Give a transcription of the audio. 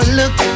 look